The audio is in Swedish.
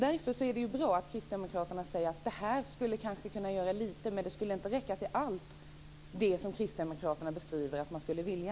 Därför är det bra att kristdemokraterna säger: Detta kanske skulle kunna göra lite, men det skulle inte räcka till allt det som vi beskriver att vi skulle vilja.